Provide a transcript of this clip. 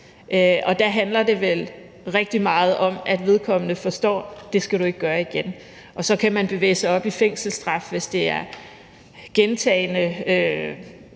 Der handler det vel rigtig meget om, at vedkommende forstår budskabet: Det skal du ikke gøre igen. Og så kan man bevæge sig op til fængselsstraf, hvis der er tale